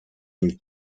une